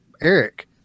Eric